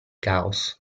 caos